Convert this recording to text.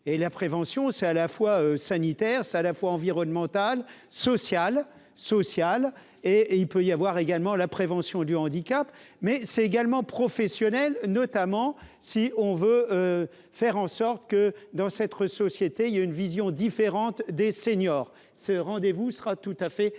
et la prévention, c'est à la fois sanitaires ça à la fois sociales sociales et et il peut y avoir également la prévention du handicap mais c'est également professionnel, notamment si on veut faire en sorte que dans cette société il y a une vision différente des seniors, ce rendez-vous sera tout à fait